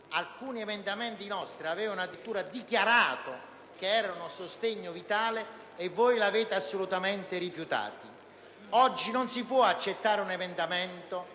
nostri emendamenti avevano addirittura dichiarato che erano sostegno vitale, ma voi li avete assolutamente rifiutati. Oggi non si può accettare un emendamento